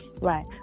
Right